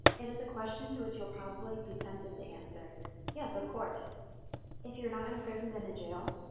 it is a question to which you'll probably be tempted to answer yes, of course if you're not imprisoned in a jail,